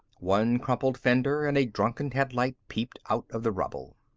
one crumpled fender and a drunken headlight peeped out of the rubble.